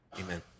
amen